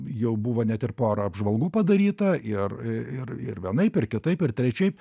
jau buvo net ir pora apžvalgų padaryta ir ir ir vienaip ir kitaip ir trečiaip